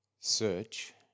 Search